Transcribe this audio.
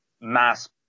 mass